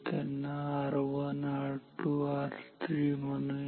त्यांना R1 R2 R3 म्हणूया